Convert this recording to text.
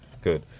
Good